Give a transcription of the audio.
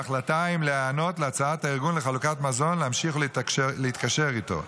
בהחלטה אם להיענות להצעת הארגון לחלוקת מזון להמשיך להתקשר איתו,